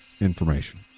Information